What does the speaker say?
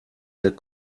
der